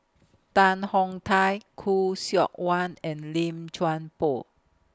Tan Hong Thai Khoo Seok Wan and Lim Chuan Poh